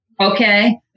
Okay